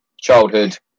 childhood